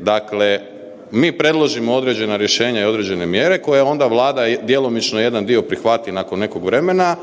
Dakle, mi predložimo određena rješenja i određene mjere koje onda Vlada djelomično jedan dio prihvati nakon nekog vremena.